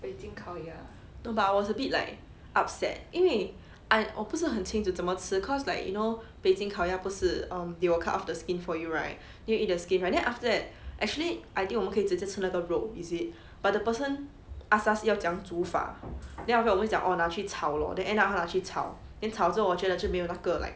no but I was a bit like upset 因为 I 我不是很清楚怎么吃 cause like you know 北京烤鸭不是 um they will cut off the skin for you right then you eat the skin right then after that actually I think 我们可以直接吃那个肉 is it but the person ask us 要怎么样煮法 then after that 我们就讲拿去炒 lor then end up 他拿去炒 then 炒了之后我觉得就没有那个 like